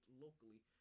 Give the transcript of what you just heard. locally